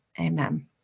amen